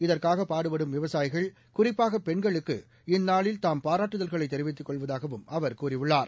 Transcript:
இதற்காகபாடுபடும் விவசாயிகள் குறிப்பாகபெண்களுக்கு இந்நாளில் தாம் பாராட்டுதல்களைதெரிவித்துக் கொள்வதாகவும் அவர் கூறியுள்ளார்